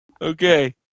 Okay